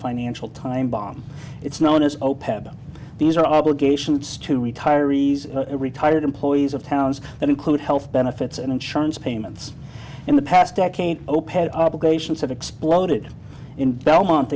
financial time bomb it's known as opap these are obligations to retirees retired employees of towns that include health benefits and insurance payments in the past decade opeth obligations have exploded in belmont